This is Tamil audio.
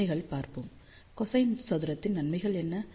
நன்மைகள் பார்ப்போம் கொசைன் சதுரத்தின் நன்மைகள் என்ன